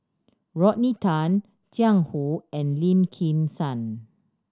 Rodney Tan Jiang Hu and Lim Kim San